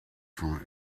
from